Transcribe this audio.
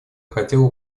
хотел